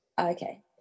Okay